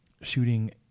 shooting